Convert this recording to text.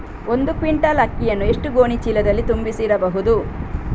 ಒಂದು ಕ್ವಿಂಟಾಲ್ ಅಕ್ಕಿಯನ್ನು ಎಷ್ಟು ಗೋಣಿಚೀಲದಲ್ಲಿ ತುಂಬಿಸಿ ಇಡಬಹುದು?